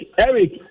Eric